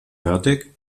fertig